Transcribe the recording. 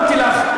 אמרתי לך,